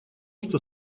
что